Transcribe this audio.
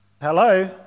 Hello